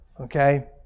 Okay